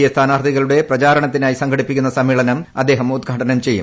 A സ്ഥാനാർത്ഥികളുടെ പ്രചാരണത്തിനായി സംഘടിപ്പിക്കുന്ന സമ്മേളനം അദ്ദേഹം ഉദ്ഘാടനം ചെയ്യും